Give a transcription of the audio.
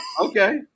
Okay